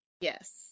Yes